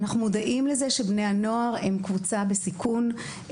אנחנו מודעים לכך שבני הנוער הם קבוצה בסיכון,